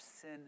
sin